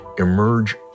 Emerge